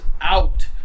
out